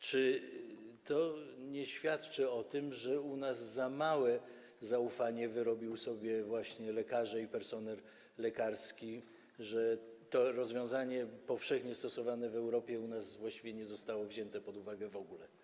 Czy to nie świadczy o tym, że u nas za małe zaufanie zdobyli sobie lekarze i personel lekarski, skoro to rozwiązanie, powszechnie stosowane w Europie, u nas właściwie nie zostało wzięte pod uwagę w ogóle?